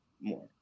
more